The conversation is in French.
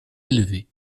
élevées